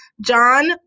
John